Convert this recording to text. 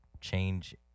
change